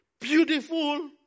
Beautiful